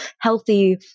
healthy